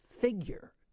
figure